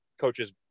coaches